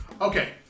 Okay